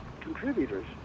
contributors